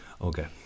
Okay